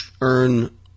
earn